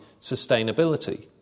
sustainability